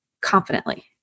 confidently